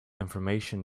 information